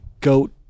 goat